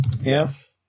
yes